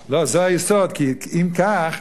לא, זה היסוד, כי אם כך,